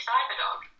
Cyberdog